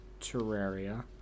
Terraria